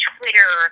Twitter